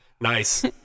Nice